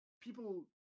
people